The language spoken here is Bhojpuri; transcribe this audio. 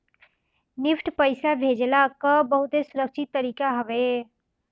निफ्ट पईसा भेजला कअ बहुते सुरक्षित तरीका हवे